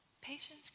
Patience